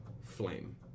flame